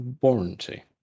warranty